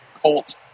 Colt